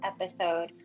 episode